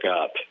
up